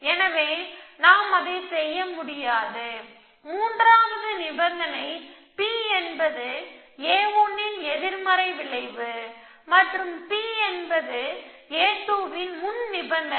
எனவே நாம் அதைச் செய்ய முடியாது மூன்றாவது நிபந்தனை P என்பது a1 ன் எதிர்மறை விளைவு மற்றும் P என்பது a2 ன் முன் நிபந்தனை